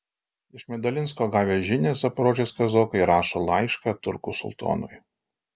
iš medalinsko gavę žinią zaporožės kazokai rašo laišką turkų sultonui